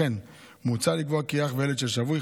לכן מוצע לקבוע כי אח וילד של שבוי,